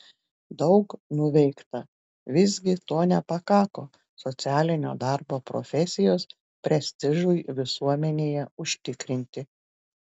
daug nuveikta visgi to nepakako socialinio darbo profesijos prestižui visuomenėje užtikrinti